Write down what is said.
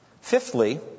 Fifthly